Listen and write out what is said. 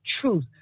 truth